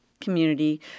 community